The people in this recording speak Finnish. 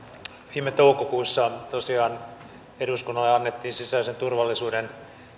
viime toukokuussa tosiaan eduskunnalle annettiin sisäisen turvallisuuden